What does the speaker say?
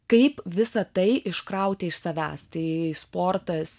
kaip visa tai iškrauti iš savęs tai sportas